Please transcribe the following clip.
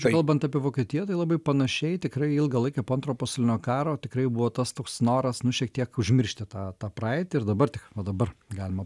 kalbant apie vokietiją tai labai panašiai tikrai ilgą laiką po antro pasaulinio karo tikrai buvo tas toks noras nu šiek tiek užmiršti tą tą praeitį ir dabar tik va dabar galima